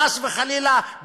חס וחלילה,